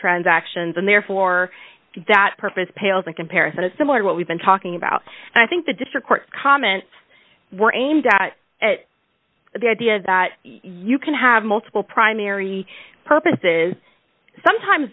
transactions and therefore that purpose pales in comparison to similar to what we've been talking about i think the district court comments were aimed at the idea that you can have multiple primary purposes sometimes